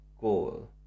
goal